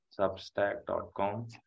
substack.com